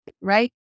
right